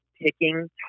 picking